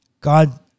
god